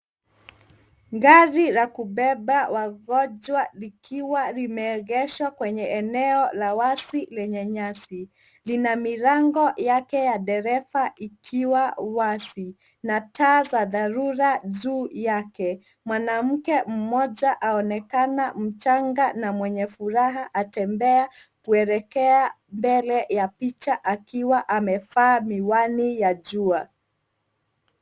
Gari la kubeba wagonjwa likiwa limeegeshwa kwenye eneo la wazi lenye nyasi. Lina milango yake ya dereva ikiwa wazi na taa za dharura juu yake. Mwanamke mmoja aonekana mchanga na mwenye furaha; atembea kuelekea mbele ya picha akiwa amevaa miwani ya jua.